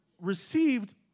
received